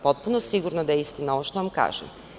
Potpuno sam sigurna da je istina ovo što vam kažem.